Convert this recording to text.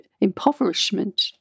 impoverishment